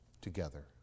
together